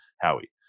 howie